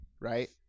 right